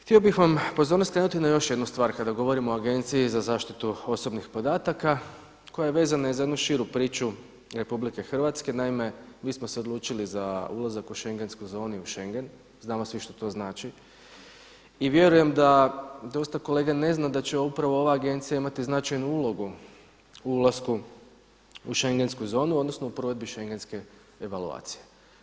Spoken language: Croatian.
Htio bih vam pozornost skrenuti na još jednu stvar, kada govorimo o Agenciji za zaštitu osobnih podataka koja je vezana i za jednu širu priču RH, naime, mi smo se odlučili za ulazak u šengensku zonu i u Schengen, znamo svi što to znači i vjerujem da dosta kolega ne zna da će upravo ova Agencija imati značajnu ulogu u ulasku u šengensku zonu odnosno u provedbi šengenske evaluacije.